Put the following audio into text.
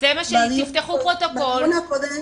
תפתחו פרוטוקול.